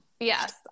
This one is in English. Yes